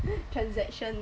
transaction